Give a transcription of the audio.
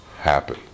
happen